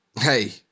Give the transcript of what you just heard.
Hey